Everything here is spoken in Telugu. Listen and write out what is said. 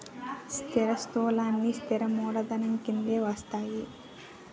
స్థిరాస్తులన్నీ స్థిర మూలధనం కిందే వస్తాయి